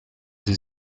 sie